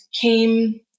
came